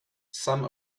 some